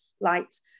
lights